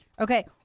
okay